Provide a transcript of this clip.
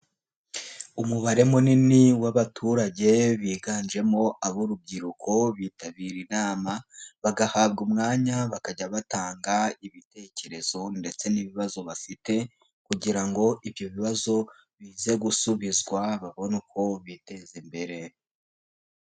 Umubare munini w'abaturage biganjemo ab'urubyiruko bitabira inama. Bagahabwa umwanya bakajya batanga ibitekerezo ndetse n'ibibazo bafite kugira ngo ibyo bibazo bize gusubizwa, babone uko biteza imbere.